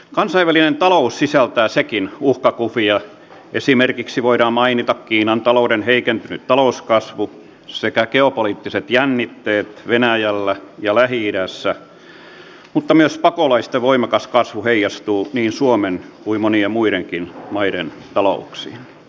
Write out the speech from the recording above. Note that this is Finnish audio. kansainvälinen talous sisältää sekin uhkakuvia esimerkiksi voidaan mainita kiinan talouden heikentynyt kasvu sekä geopoliittiset jännitteet venäjällä ja lähi idässä mutta myös pakolaisten voimakas kasvu heijastuu niin suomen kuin monien muidenkin maiden talouksiin